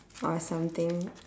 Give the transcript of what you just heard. or something